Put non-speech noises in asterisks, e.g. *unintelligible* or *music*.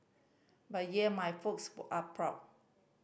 but yeah my folks *unintelligible* are proud